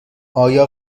آیا